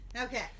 Okay